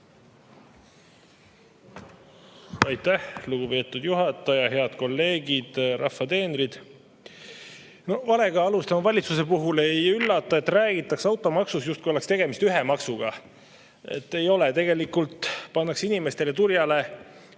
Aitäh, lugupeetud juhataja! Head kolleegid, rahva teenrid! Valega alustanud valitsuse puhul ei üllata, et räägitakse automaksust, justkui oleks tegemist ühe maksuga. Ei ole, tegelikult pannakse inimestele turjale